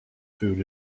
food